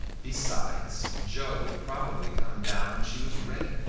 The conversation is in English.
besides, joe would probably come down when she was ready,